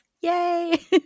Yay